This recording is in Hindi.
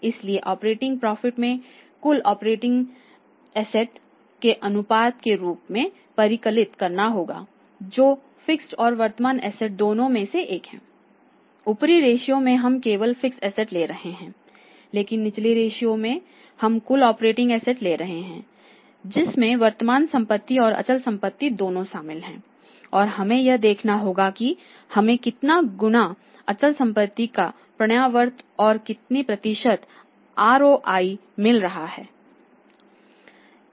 इसलिए ऑपरेटिंग प्रॉफिट हमें कुल ऑपरेटिंग एसेट्स के अनुपात के रूप में परिकलित करना होता है जो फिक्स्ड और वर्तमान एसेट्स दोनों में से एक है ऊपरी रेशियो में हम केवल फिक्स्ड एसेट ले रहे हैं लेकिन निचले रेशियो में हम कुल ऑपरेटिंग एसेट ले रहे हैं जिसमें वर्तमान संपत्ति और अचल संपत्ति दोनों शामिल है और हमें यह देखना होगा कि हमें कितना गुना अचल संपत्ति का पण्यावर्त और कितने प्रतिशत ROI मिल रहा है